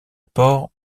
port